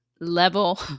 level